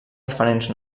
diferents